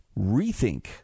rethink